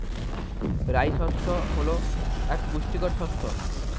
রাই শস্য হল এক পুষ্টিকর শস্য